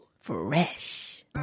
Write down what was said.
Fresh